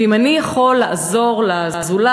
ואם אני יכול לעזור לזולת,